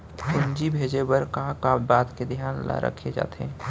पूंजी भेजे बर का का बात के धियान ल रखे जाथे?